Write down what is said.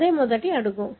అదే మొదటి అడుగు